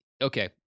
okay